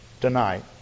tonight